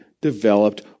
developed